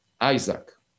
Isaac